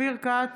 אופיר כץ,